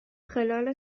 خلال